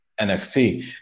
NXT